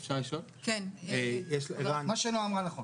מה שאמרה נעה נכון.